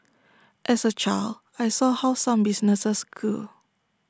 as A child I saw how some businesses grew